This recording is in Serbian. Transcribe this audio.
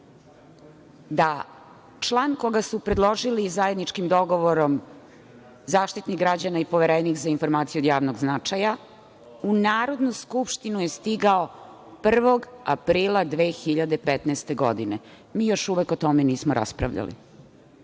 da član koga su predložili zajedničkim dogovorom Zaštitnik građana i Poverenik za informacije od javnog značaja, u Narodnu skupštinu je stigao 1. aprila 2015. godine. Mi još uvek o tome nismo raspravljali.